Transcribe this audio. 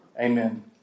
amen